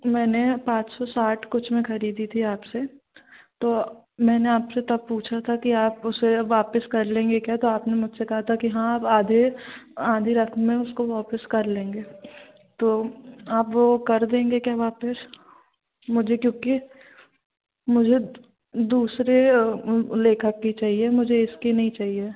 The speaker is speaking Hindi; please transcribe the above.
मैंने पाँच सौ साठ कुछ में खरीदी थी आपसे तो मैंने आपसे तब पूछा था कि आप उसे वापस कर लेंगे क्या तो आपने मुझसे कहा था कि हाँ आप आधे आधी रात में उसको वापस कर लेंगे तो आप वो कर देंगे क्या वापस मुझे क्योंकि मुझे दूसरे लेखक की चाहिए मुझे इसकी नहीं चाहिए